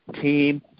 team